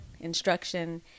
instruction